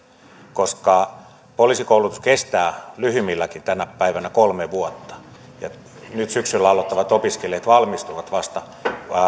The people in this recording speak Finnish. koska poliisikoulutus kestää lyhyimmilläänkin tänä päivänä kolme vuotta ja nyt syksyllä aloittavat opiskelijat valmistuvat vasta